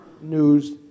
news